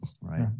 right